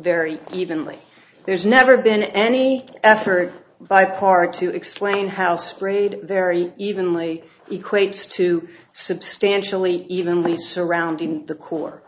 very evenly there's never been any effort by part to explain how sprayed very evenly equates to substantially evenly surrounding the core